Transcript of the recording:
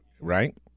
right